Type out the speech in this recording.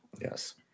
Yes